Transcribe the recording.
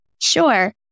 Sure